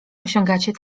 osiągacie